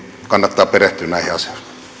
kannattaa perehtyä näihin asioihin